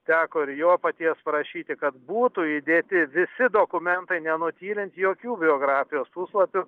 teko ir jo paties prašyti kad būtų įdėti visi dokumentai nenutylint jokių biografijos puslapių